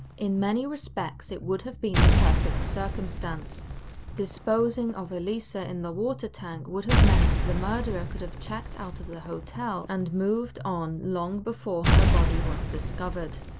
in many respects it would have been the perfect circumstance disposing of elisa in the water tank would have meant the murderer could have checked out of the hotel and moved on long before her body was discovered.